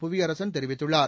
புவியரசன் தெரிவித்துள்ளார்